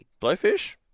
Blowfish